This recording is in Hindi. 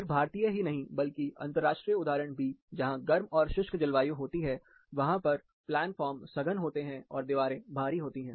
सिर्फ भारतीय ही नहीं बल्कि अंतरराष्ट्रीय उदाहरण भी जहां गर्म और शुष्क जलवायु होती है वहां पर प्लान फॉर्म सघन होते हैं और दीवारें भारी होती हैं